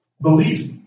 belief